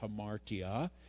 hamartia